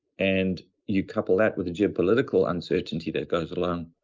and you couple that with the geopolitical uncertainty that goes along